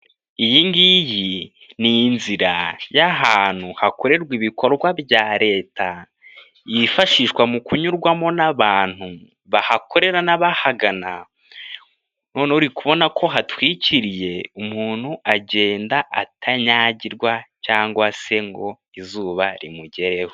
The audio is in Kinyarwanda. Iyi ngiyi ni inzira y'ahan hakorerwa ibikorwa bya Leta yifashishwa mu kunyurwamo n'abantu bahakorera n'abahagana, noneho uri kubona ko hatwikiriye umuntu agenda atanyagirwa cyangwa se ngo izuba rimugereho.